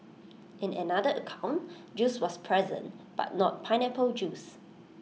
in another account juice was present but not pineapple juice